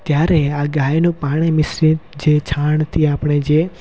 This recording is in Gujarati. ત્યારે આ ગાયનું પાણી મિશ્રિત જે છાણથી આપણે જે